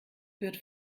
führt